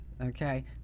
okay